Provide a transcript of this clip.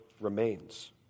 remains